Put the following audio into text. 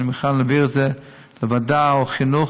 אני מוכן להעביר את זה לוועדת החינוך,